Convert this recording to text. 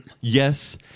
Yes